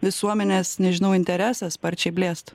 visuomenės nežinau interesas sparčiai blėsta